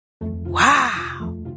Wow